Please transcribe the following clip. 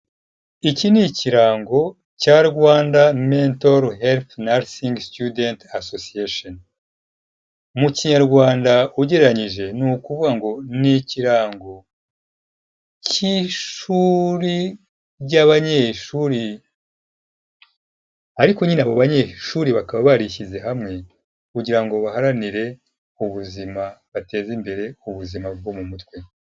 iki ni ikirango cya rwanda mental health nursing student association, mu kinyarwanda ugnekereje ni ukuvuga ngo, ni ikirango cy'ishuri ry'abanyeshuri ariko nyine abo banyeshuri bakaba barishyize hamwe kugira ngo baharanire ubuzima, bateze imbere buzima bwo mu mutwe.